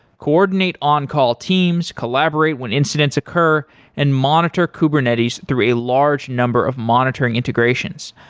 coordinate on-call teams, collaborate when incidents occur and monitor kubernetes through a large number of monitoring integrations.